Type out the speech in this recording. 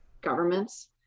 governments